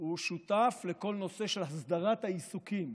הוא שותף לכל הנושא של הסדרת העיסוקים.